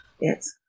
Yes